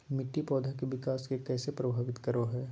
मिट्टी पौधा के विकास के कइसे प्रभावित करो हइ?